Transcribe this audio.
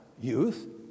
youth